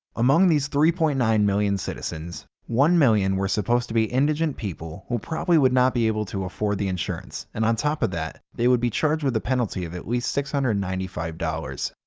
among these three point nine million citizens one million were supposed to be indigent people who probably would not be able to afford the insurance, and on top of that they would be charged with a penalty of at least six hundred and ninety five dollars.